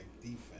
defense